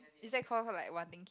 is that called her like wanting